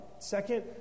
Second